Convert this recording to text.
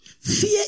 Fear